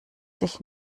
sich